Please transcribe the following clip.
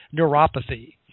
neuropathy